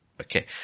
Okay